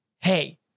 hey